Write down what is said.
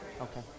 Okay